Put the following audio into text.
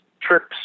trips